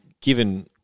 given